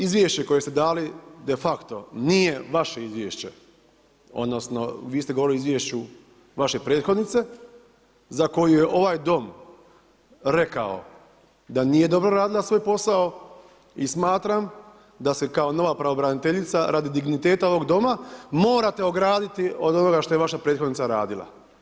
Izvješće koje ste dali de facto nije vaše izvješće odnosno vi ste govorili o izvješću vaše prethodnice za koju je ovaj dom rekao da nije dobro radila svoj posao i smatram da se kao nova pravobraniteljica radi digniteta ovog doma morate ograditi od onoga što je vaša prethodnica radila.